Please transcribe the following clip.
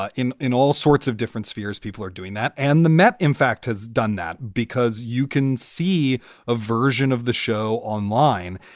ah in in all sorts of different spheres, people are doing that. and the met, in fact, has done that because you can see a version of the show online.